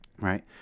right